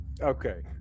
Okay